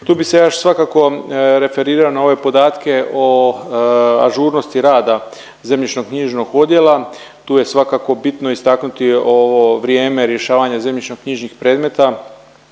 Tu bi se ja još svakako referirao na ove podatke o ažurnosti rada zemljišno knjižnog odjela. Tu je svakako bitno istaknuti ovo vrijeme rješavanja zemljišno knjižnih predmeta